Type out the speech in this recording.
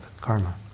karma